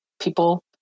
people